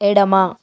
ఎడమ